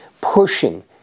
pushing